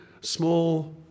small